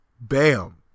Bam